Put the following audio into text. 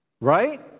right